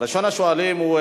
ראשון השואלים הוא,